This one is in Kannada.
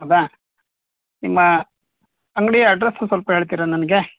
ಹೌದಾ ನಿಮ್ಮ ಅಂಗಡಿ ಅಡ್ರಸ್ಸು ಸ್ವಲ್ಪ ಹೇಳ್ತೀರಾ ನನಗೆ